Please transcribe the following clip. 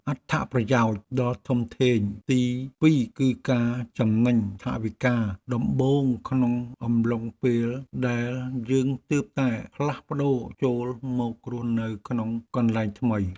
អត្ថប្រយោជន៍ដ៏ធំធេងទីពីរគឺការចំណេញថវិកាដំបូងក្នុងអំឡុងពេលដែលយើងទើបតែផ្លាស់ប្ដូរចូលមករស់នៅក្នុងកន្លែងថ្មី។